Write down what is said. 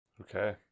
Okay